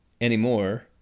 anymore